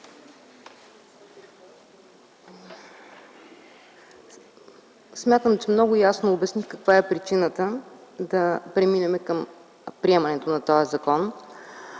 Смятам, че много ясно обясних каква е причината да преминем към приемането на този закон.